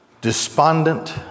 despondent